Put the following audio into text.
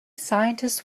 scientists